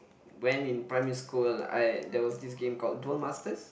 when in primary school I there was this game called Duel-Masters